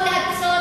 לא, לא הממשלה.